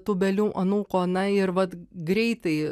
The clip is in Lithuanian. tūbelių anūko na ir vat greitai